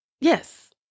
Yes